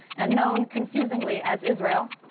and known confusingly as israel,